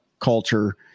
culture